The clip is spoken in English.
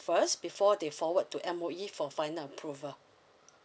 first before they forward to M_O_E for final approval